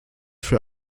für